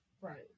Right